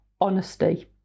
honesty